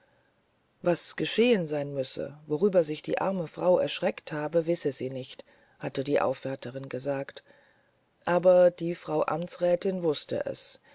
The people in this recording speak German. was geschehen sein müsse worüber sich die arme frau erschreckt habe wisse sie nicht hatte die aufwärterin gesagt aber die frau amtsrätin wußte es